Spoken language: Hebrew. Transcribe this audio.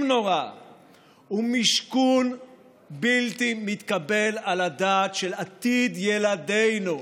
נורא ומשכון בלתי מתקבל על הדעת של עתיד ילדינו.